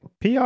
PR